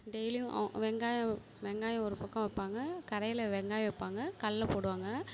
டெய்லியும் வெங்காயம் வெங்காயம் ஒரு பக்கம் வைப்பாங்க கரையில் வெங்காயம் வைப்பாங்க கடல போடுவாங்க